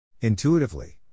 Intuitively